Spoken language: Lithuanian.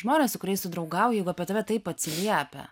žmonės su kuriais tu draugauji jeigu apie tave taip atsiliepia